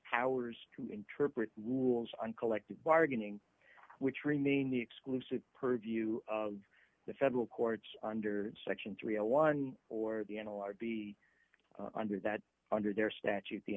powers to interpret rules on collective bargaining which remain the exclusive purview of the federal courts under section three a one or d the analog be under that under their statute the